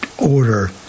Order